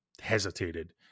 hesitated